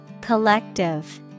Collective